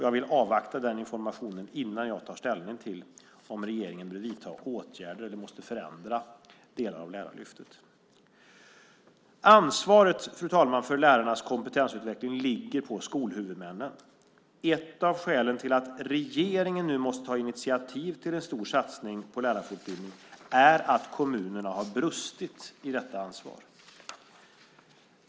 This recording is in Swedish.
Jag vill avvakta denna information innan jag tar ställning till om regeringen bör vidta åtgärder eller måste förändra delar av Lärarlyftet. Ansvaret för lärarnas kompetensutveckling ligger på skolhuvudmännen. Ett av skälen till att regeringen nu måste ta initiativ till en stor satsning på lärarfortbildning är att kommunerna har brustit i detta ansvar.